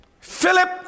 Philip